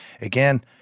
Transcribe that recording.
again